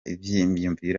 ivyiyumviro